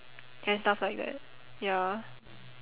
and stuff like that ya